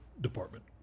department